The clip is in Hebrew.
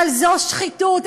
אבל זו שחיתות,